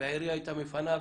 והעירייה הייתה מפנה ועוקרת.